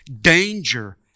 danger